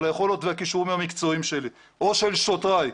היכולות והכישורים המקצועיים שלי או של שוטריי,